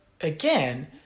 again